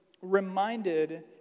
reminded